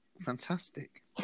fantastic